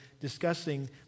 discussing